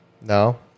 No